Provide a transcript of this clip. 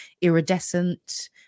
iridescent